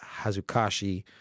Hazukashi